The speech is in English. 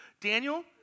Daniel